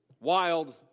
wild